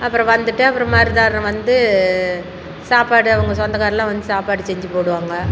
அப்புறம் வந்துவிட்டு அப்புறம் மறுதாரம் வந்து சாப்பாடு அவங்க சொந்தக்காருலாம் வந்து சாப்பாடு செஞ்சுப் போடுவாங்க